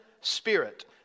spirit